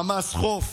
ממ"ז חוף